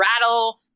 rattle